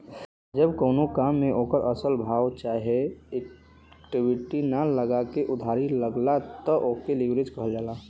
जब कउनो काम मे ओकर असल भाव चाहे इक्विटी ना लगा के उधारी लगला त ओके लीवरेज कहल जाला